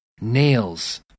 Nails